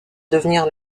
devenir